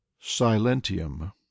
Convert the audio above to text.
Silentium